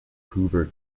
hoover